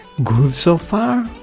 good so far,